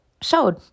showed